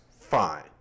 Fine